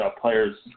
players